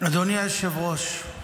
אדוני היושב-ראש,